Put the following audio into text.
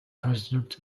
president